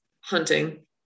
hunting